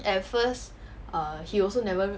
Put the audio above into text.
at first uh he also never